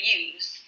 use